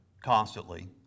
constantly